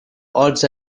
odds